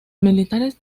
militares